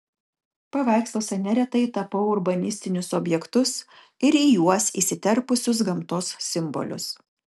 paveiksluose neretai tapau urbanistinius objektus ir į juos įsiterpusius gamtos simbolius